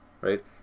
right